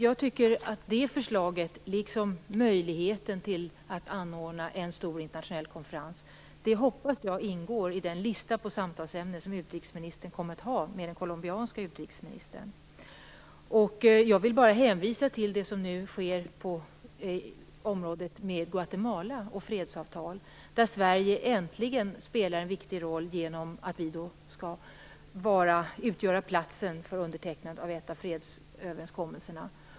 Jag hoppas att det förslaget liksom möjligheten att anordna en stor konferens ingår i listan över ämnen för de samtal som utrikesministern kommer att ha med den colombianska utrikesministern. Jag vill hänvisa till det som nu sker vad gäller fredsavtal i Guatemala, där Sverige äntligen spelar en viktig roll genom att vi skall utgöra platsen för undertecknandet av en av fredsöverenskommelserna.